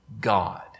God